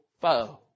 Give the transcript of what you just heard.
foe